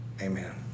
amen